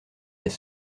des